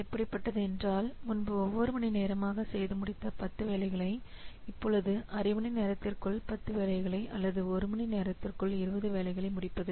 எப்படிப்பட்டது என்றால் முன்பு ஒவ்வொரு மணி நேரமாக செய்து முடித்த பத்து வேலைகளை இப்பொழுது அரை மணி நேரத்திற்குள் 10 வேலைகளை அல்லது ஒரு மணி நேரத்திற்குள் 20 வேலைகளை முடிப்பது